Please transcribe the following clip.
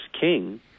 king